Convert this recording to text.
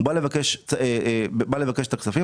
הוא בא לבקש את הכספים,